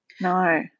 No